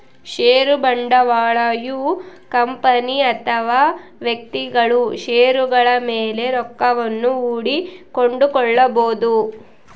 ಷೇರು ಬಂಡವಾಳಯು ಕಂಪನಿ ಅಥವಾ ವ್ಯಕ್ತಿಗಳು ಷೇರುಗಳ ಮೇಲೆ ರೊಕ್ಕವನ್ನು ಹೂಡಿ ಕೊಂಡುಕೊಳ್ಳಬೊದು